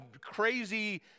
crazy